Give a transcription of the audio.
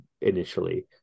initially